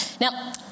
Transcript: Now